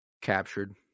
Captured